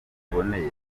ziboneye